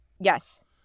Yes